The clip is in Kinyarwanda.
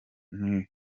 n’intama